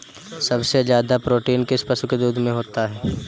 सबसे ज्यादा प्रोटीन किस पशु के दूध में होता है?